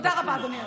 כמה לא מפתיע.